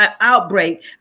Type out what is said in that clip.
outbreak